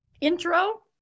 intro